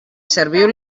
serviu